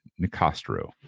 Nicastro